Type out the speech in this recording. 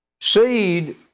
Seed